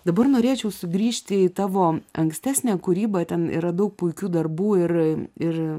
dabar norėčiau sugrįžti į tavo ankstesnę kūrybą ten yra daug puikių darbų ir ir